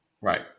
Right